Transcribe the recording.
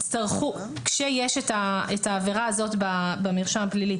ממילא יצטרכו כאשר יש את העבירה הזאת במרשם הפלילי